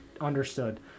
understood